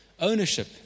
ownership